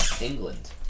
England